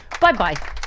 Bye-bye